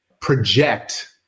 project